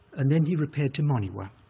and then he repaired to monywa,